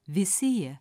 visi jie